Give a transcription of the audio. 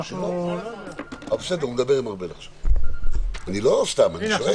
8. מי בעד?